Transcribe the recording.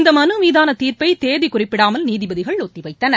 இந்த மனு மீதான தீர்ப்பை தேதி குறிப்பிடாமல் நீதிபதிகள் ஒத்திவைத்தனர்